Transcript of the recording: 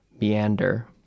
meander